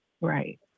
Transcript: right